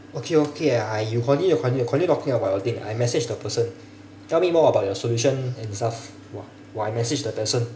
okay okay uh you continue you continue talking about your thing I message the person tell me more about your solution and stuff wh~ while I message the person